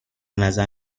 نظر